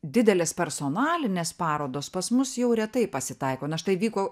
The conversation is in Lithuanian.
didelės personalinės parodos pas mus jau retai pasitaiko na štai vyko